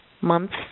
months